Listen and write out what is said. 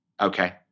Okay